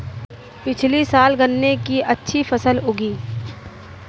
पिछले साल गन्ने की अच्छी फसल उगी